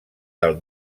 del